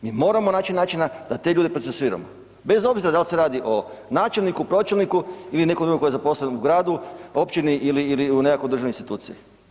Mi moramo naći načina da te ljude procesuiramo, bez obzira da li se radi o načelniku, pročelniku ili nekom drugom koji je zaposlen u gradu, općini ili u nekakvoj državnoj instituciji.